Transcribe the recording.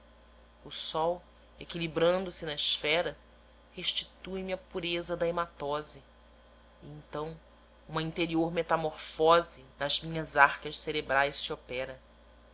o sol equilibrando se na esfera restitui me a pureza da hematose e então uma interior metamorfose nas minhas arcas cerebrais se opera